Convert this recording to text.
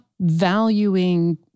valuing